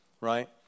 right